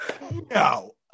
No